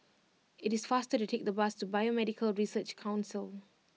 it is faster to take the bus to Biomedical Research Council